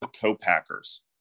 co-packers